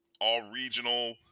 all-regional